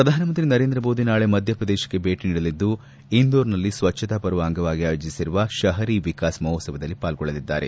ಪ್ರಧಾನಮಂತ್ರಿ ನರೇಂದ್ರ ಮೋದಿ ನಾಳೆ ಮಧ್ಯಪ್ರದೇಶಕ್ಷೆ ಭೇಟಿ ನೀಡಲಿದ್ದು ಇಂದೋರ್ ನಲ್ಲಿ ಸ್ವಚ್ವತಾ ಪರ್ವ ಅಂಗವಾಗಿ ಆಯೋಜಿಸಿರುವ ಶಹರಿ ವಿಕಾಸ್ ಮಹೋತ್ಸವದಲ್ಲಿ ಪಾಲ್ಗೊಳ್ಳಲಿದ್ದಾರೆ